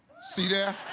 see there?